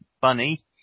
Bunny